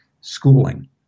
schooling